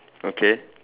okay